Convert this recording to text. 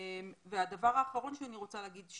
הדבר האחרון שאני רוצה לומר,